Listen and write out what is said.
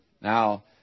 Now